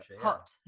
hot